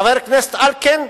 חבר הכנסת אלקין,